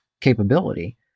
capability